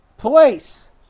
place